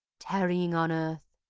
tarrying on earth,